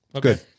Good